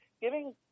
giving